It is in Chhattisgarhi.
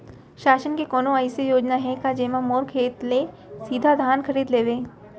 शासन के कोनो अइसे योजना हे का, जेमा मोर खेत ले सीधा धान खरीद लेवय?